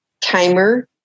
timer